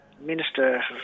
Minister